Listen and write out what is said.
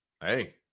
hey